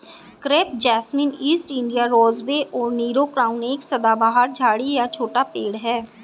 crepe jasmine, East India rosebay और Nero crown एक सदाबहार झाड़ी या छोटा पेड़ है